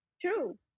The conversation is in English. True